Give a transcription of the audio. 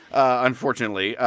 unfortunately,